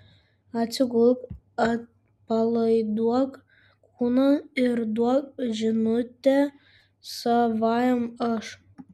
atsigulk atpalaiduok kūną ir duok žinutę savajam aš